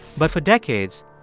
but for decades,